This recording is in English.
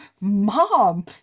mom